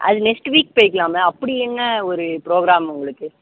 அது next week போயிக்கலாமே ma'am அப்படி என்ன ஒரு புரோக்கிராம் உங்களுக்கு